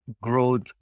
growth